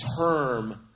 term